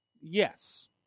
yes